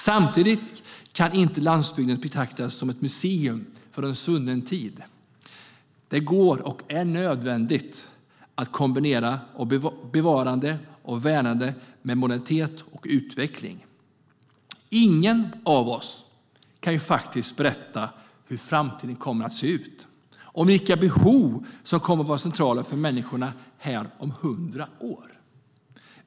Samtidigt kan inte landsbygden betraktas som ett museum från en svunnen tid. Det går och är nödvändigt att kombinera bevarande och värnande med modernitet och utveckling. Ingen av oss kan berätta hur framtiden kommer att se ut och vilka behov som kommer att vara centrala för människorna om hundra år.